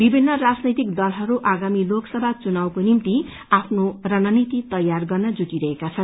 विभिन्न राजनैतिक दलहरू आगामी लोक सभा चुनावको निम्ति आफ्नो रणनिती तैयार गर्न जुटिरहेका छन्